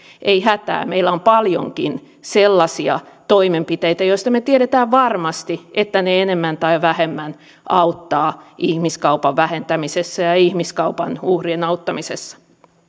ei hätää meillä on paljonkin sellaisia toimenpiteitä joista me tiedämme varmasti että ne enemmän tai vähemmän auttavat ihmiskaupan vähentämisessä ja ja ihmiskaupan uhrien auttamisessa